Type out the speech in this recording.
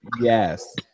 Yes